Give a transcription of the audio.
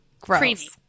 gross